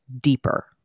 deeper